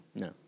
No